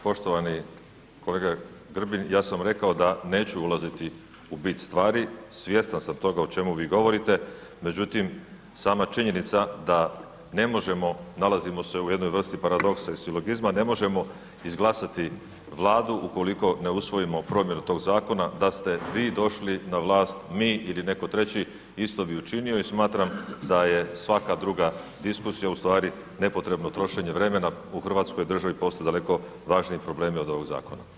Poštovani kolega Grbin, ja sam rekao da neću ulaziti u bit stvari, svjestan sam toga o čemu vi govorite, međutim sama činjenica da ne možemo, nalazimo se u jednoj vrsti paradoksa i silogizma, ne možemo izglasati vladu ukoliko ne usvojimo promjenu tog zakona, da ste vi došli na vlast, mi ili neko treći isto bi učinio i smatram da je svaka druga diskusija ustvari nepotrebno trošenje vremena, u hrvatskoj državi postoje daleko važniji problemi od ovog zakona.